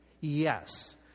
Yes